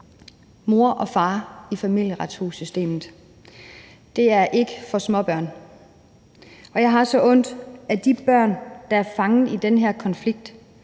mor og far – i Familieretshussystemet. Det er ikke for småbørn, og jeg har så ondt af de børn, der er fanget i den her konflikt.